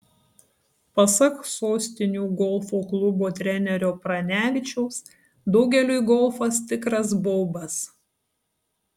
pasak sostinių golfo klubo trenerio pranevičiaus daugeliui golfas tikras baubas